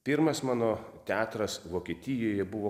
pirmas mano teatras vokietijoje buvo